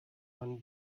man